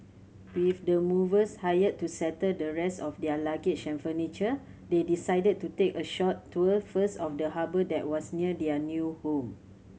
with the movers hired to settle the rest of their luggage and furniture they decided to take a short tour first of the harbour that was near their new home